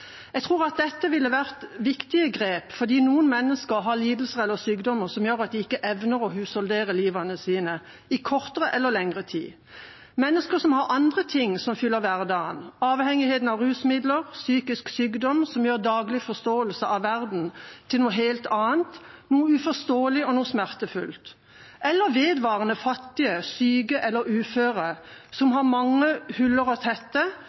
Jeg tror at dette ville ha vært viktige grep, fordi noen mennesker har lidelser eller sykdommer som gjør at de ikke evner å husholdere livet sitt i kortere eller lengre tid. Det kan være mennesker som har andre ting som fyller hverdagen, som avhengigheten av rusmidler eller psykisk sykdom som gjør daglig forståelse av verden om til noe helt annet, noe uforståelig og smertefullt. Eller det er vedvarende fattige, syke eller uføre som har mange huller å tette